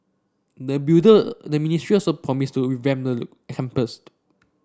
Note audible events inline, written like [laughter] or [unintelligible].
the builder the ministry also promised to revamp the [unintelligible]